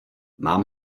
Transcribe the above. mám